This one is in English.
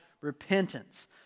repentance